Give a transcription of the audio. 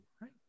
right